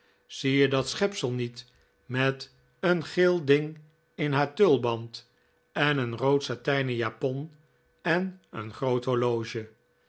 zie je dat schepsel niet met een geel ding in haar tulband en een rood satijnen japon en een groot horloge